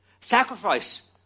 Sacrifice